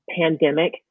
pandemic